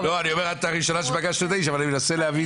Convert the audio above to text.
אבל אני מנסה להבין,